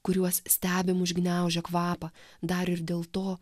kuriuos stebim užgniaužę kvapą dar ir dėl to